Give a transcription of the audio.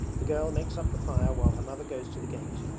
the girl makes up the fire while her mother goes to the gate.